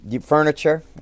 furniture